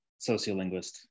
sociolinguist